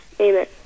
Amen